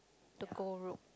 to go rogue